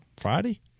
friday